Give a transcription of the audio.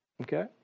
Okay